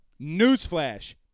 Newsflash